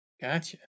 Gotcha